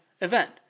event